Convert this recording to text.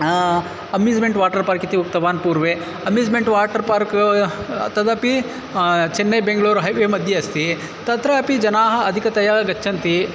amusement water park इति उक्तवान् पूर्वे अम्यूस्मेण्ट् वाटर् पार्क् तदपि चेन्नै बेङ्गलूर् हैवे मध्ये अस्ति तत्रापि जनाः अधिकतया गच्छन्ति